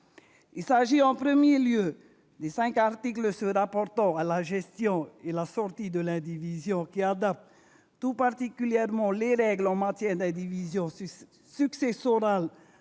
Il s'agit, en premier lieu, des cinq articles relatifs à la gestion et la sortie de l'indivision, qui adaptent tout particulièrement les règles en matière d'indivision successorale